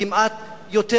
שהם חשובים,